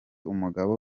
umugabo